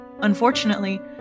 Unfortunately